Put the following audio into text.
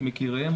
עם יקיריהם,